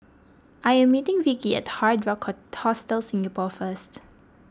I am meeting Vicki at Hard Rock Hostel Singapore first